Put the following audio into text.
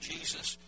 Jesus